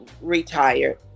retired